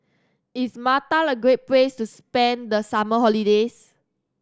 is Malta a great place to spend the summer holidays